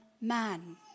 man